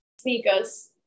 Sneakers